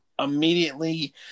immediately